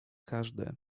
każdy